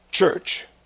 church